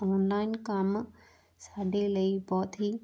online ਕੰਮ ਸਾਡੇ ਲਈ ਬਹੁਤ ਹੀ